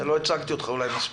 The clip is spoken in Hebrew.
אולי לא הצגתי אותך מספיק.